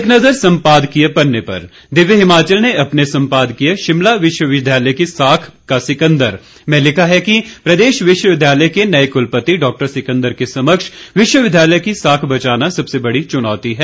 एक नज़र सम्पादकीय पन्ने पर दिव्य हिमाचल ने अपने संपादकीय शिमला विश्वविद्यालय की साख का सिकंदर में लिखा है कि प्रदेश विश्वविद्यालय के नए कुलपति डॉक्टर सिकंदर के समक्ष विश्वविद्यालय की साख बचाना सबसे बड़ी चुनौती है